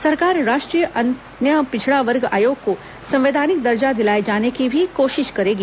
सरकार राष्ट्रीय अन्य पिछड़ा वर्ग आयोग को संवैधानिक दर्जा दिलाये जाने की भी कोशिश करेगी